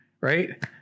right